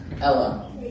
Ella